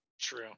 True